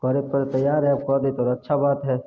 करय पड़ तऽ तैयार हइ आब कऽ देत तऽ आओर अच्छा बात हइ